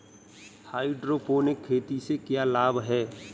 Hydroponic खेती से क्या लाभ हैं?